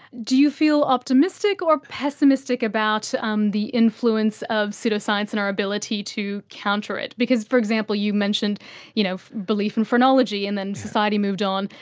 do you feel optimistic or pessimistic about um the influence of pseudoscience and our ability to counter it? because, for example, you mentioned you know belief in phrenology and then society moved on,